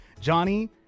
johnny